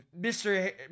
Mr